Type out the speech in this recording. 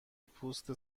پوست